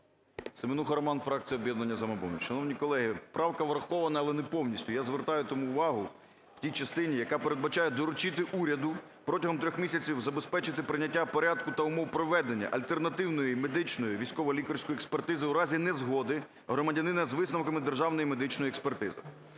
Семенуха Роман, фракція "Об'єднання "Самопоміч". Шановні колеги, правка врахована, але не повністю. Я звертаю там увагу в тій частині, яка передбачає доручити уряду протягом трьох місяців забезпечити прийняття порядку та умов проведення альтернативної медичної (військово-лікарської) експертизи у разі незгоди громадянина з висновками державної медичної експертизи.